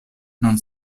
non